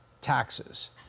taxes